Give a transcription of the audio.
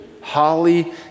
holly